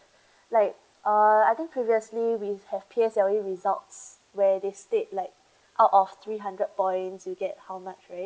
like uh I think previously we have P_S_L_E results where they state like out of three hundred points you get how much right